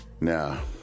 Now